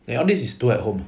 then all these is do at home